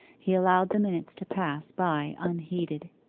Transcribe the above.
he allowed the minutes to pass by unheeded.